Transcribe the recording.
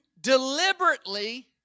deliberately